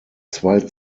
zwei